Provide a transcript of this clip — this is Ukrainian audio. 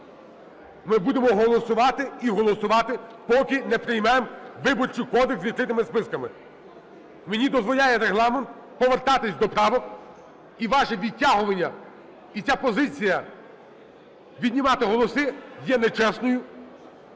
Ми будемо голосувати і голосувати поки не приймемо Виборчий кодекс з відкритими списками. Мені дозволяє Регламент повертатись до правок. І ваше відтягування, і ця позиція віднімати голоси є нечесною